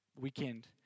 weekend